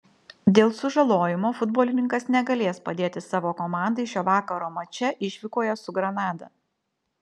dėl sužalojimo futbolininkas negalės padėti savo komandai šio vakaro mače išvykoje su granada